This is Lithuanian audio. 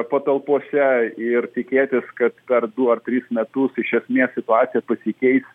patalpose ir tikėtis kad per du ar tris metus iš esmės situacija pasikeis